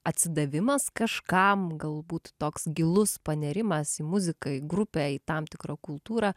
atsidavimas kažkam galbūt toks gilus panėrimas į muziką į grupę į tam tikrą kultūrą